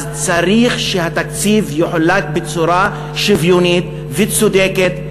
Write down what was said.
צריך שהתקציב יחולק בצורה שוויונית וצודקת.